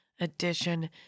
edition